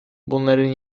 bunların